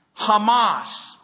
Hamas